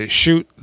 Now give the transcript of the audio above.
shoot